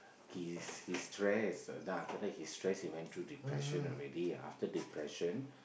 he is he's stressed then after that he stressed he went through depression already after depression